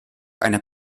einer